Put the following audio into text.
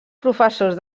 professors